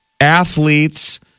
athletes